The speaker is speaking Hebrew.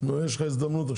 יש הזדמנות.